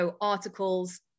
articles